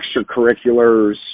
extracurriculars